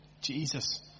Jesus